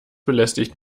belästigt